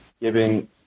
giving